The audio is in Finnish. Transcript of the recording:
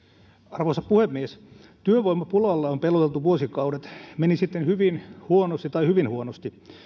arvoisa puhemies työvoimapulalla on peloteltu vuosikaudet meni sitten hyvin huonosti tai hyvin huonosti